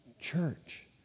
church